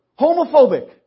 homophobic